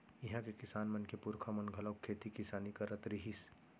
इहां के किसान मन के पूरखा मन घलोक खेती किसानी करत रिहिस